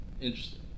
Interesting